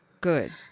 Good